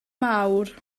mawr